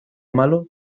malo